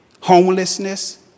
homelessness